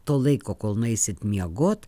to laiko kol nueisit miegot